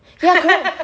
ya correct